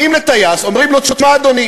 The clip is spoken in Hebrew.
באים לטייס, אומרים לו: תשמע, אדוני,